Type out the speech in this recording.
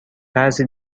بعضی